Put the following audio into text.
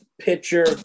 pitcher